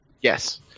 Yes